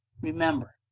Remember